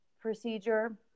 procedure